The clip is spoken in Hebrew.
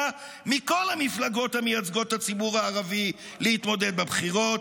מכל המפלגות המייצגות את הציבור הערבי להתמודד בבחירות,